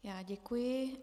Já děkuji.